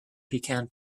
pecan